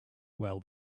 well